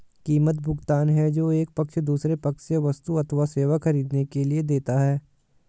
कीमत, भुगतान है जो एक पक्ष दूसरे पक्ष से वस्तु अथवा सेवा ख़रीदने के लिए देता है